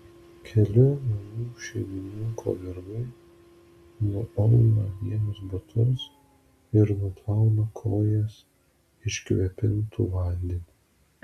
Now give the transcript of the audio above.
keli namų šeimininko vergai nuauna jiems batus ir nuplauna kojas iškvėpintu vandeniu